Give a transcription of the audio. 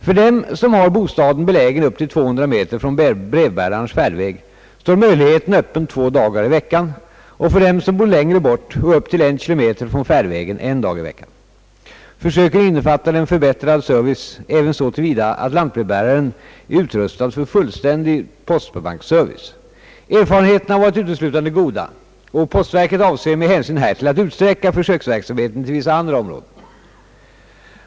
För dem som har bostaden belägen upp till 200 meter från brevbärarens färdväg står möjligheten öppen två dagar i veckan och för dem som bor längre bort och upp till en kilometer från färdvägen en dag i veckan. Försöken innefattar en förbättrad service även så till vida att lantbrevbäraren är utrustad för fullständig postsparbanksservice. Erfarenheterna har varit uteslutande goda, och postverket avser med hänsyn härtill att utsträcka försöksverksamheten till vissa andra områden.